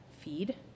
feed